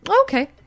Okay